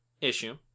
issue